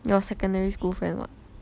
your secondary school friend [what]